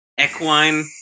Equine